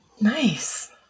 Nice